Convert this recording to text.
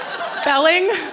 Spelling